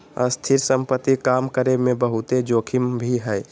स्थिर संपत्ति काम करे मे बहुते जोखिम भी हय